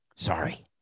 Sorry